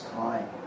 time